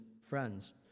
friends